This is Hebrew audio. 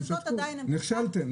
נכשלתם.